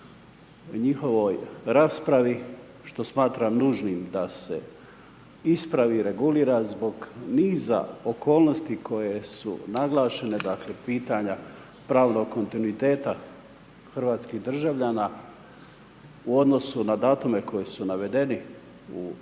njihovoj raspravi, što smatram nužnim da se ispravi i regulira zbog niza okolnosti koje su naglašene dakle pitanja pravnog kontinuiteta hrvatskih državljana u odnosu na datume koji su navedeni u Zakonu